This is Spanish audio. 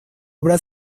obra